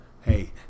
hey